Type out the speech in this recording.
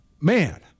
Man